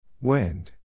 Wind